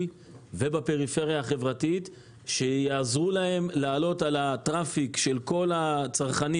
ובפריפריה החברתית שיעזרו להם לעלות על הטרפיק של כל הצרכנים